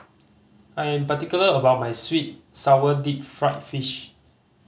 I am particular about my sweet sour deep fried fish